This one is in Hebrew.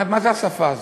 מה זה השפה הזאת?